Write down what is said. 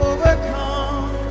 Overcome